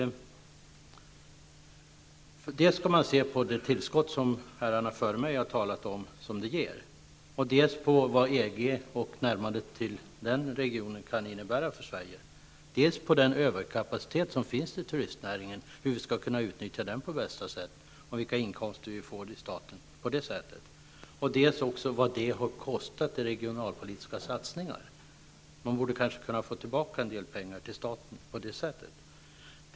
Dels bör man se på det tillskott som herrarna före mig har talat om. Dels bör man också se vad EG och närmandet till den regionen kan innebära för Sverige. Dels bör vi se hur vi skall kunna utnyttja överkapaciteten inom turistnäringen på bästa sätt för att skapa inkomster åt staten. Dels måste man se på vad det hela har kostat i form av regionalpolitiska satsningar. Man borde på det sättet få tillbaka pengar till staten.